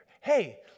Hey